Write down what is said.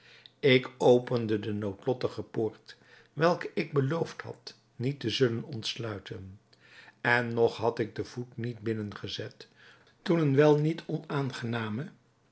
ik opende de noodlottige poort welke ik beloofd had niet te zullen ontsluiten en nog had ik den voet niet binnen gezet toen een wel niet onaangename